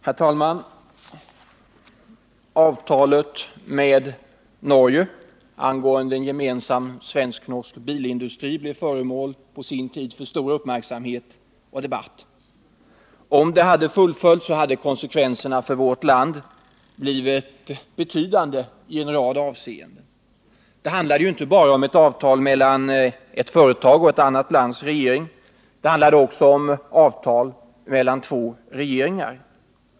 Herr talman! Avtalet med Norge angående en gemensam svensk-norsk bilindustri blev på sin tid föremål för stor uppmärksamhet och debatt. Om det hade fullföljts, hade konsekvenserna för vårt land blivit betydande i en rad avseenden. Det handlade ju inte bara om ett avtal mellan ett företag och ett annat lands regering. Det handlade också om avtal mellan två regeringar.